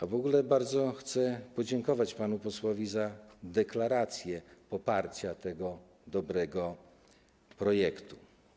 A w ogóle chcę bardzo podziękować panu posłowi za deklarację poparcia tego dobrego projektu.